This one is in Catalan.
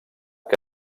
que